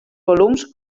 volums